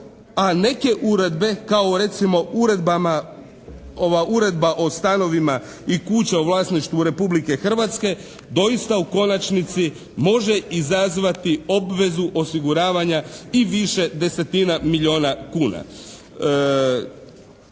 a neke uredbe kao recimo uredbama, ova Uredba o stanovima i kuća u vlasništvu Republike Hrvatske doista u konačnici može izazvati obvezu osiguravanja i više desetina milijuna kuna.